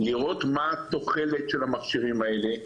לראות מה התוחלת של המכשירים האלה,